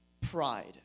pride